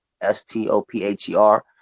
S-T-O-P-H-E-R